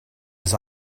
his